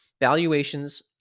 valuations